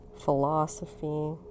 philosophy